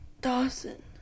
Dawson